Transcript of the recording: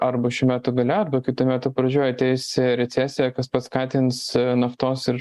arba šių metų gale arba kitų metų pradžioj ateis recesija kas paskatins naftos ir